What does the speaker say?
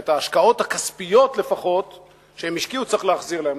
שלפחות את ההשקעות הכספיות שהם השקיעו צריך להחזיר להם.